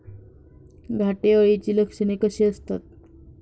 घाटे अळीची लक्षणे कशी असतात?